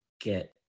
get